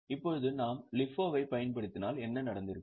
இப்போது நாம் LIFO ஐப் பயன்படுத்தினால் என்ன நடந்திருக்கும்